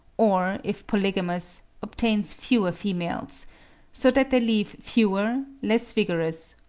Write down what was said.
or, if polygamous, obtains fewer females so that they leave fewer, less vigorous,